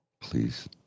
Please